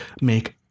make